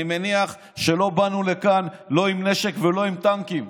אני מניח שלא באנו לכאן לא עם נשק ולא עם טנקים.